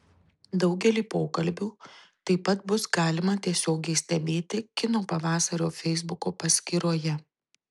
daugelį pokalbių taip pat bus galima tiesiogiai stebėti kino pavasario feisbuko paskyroje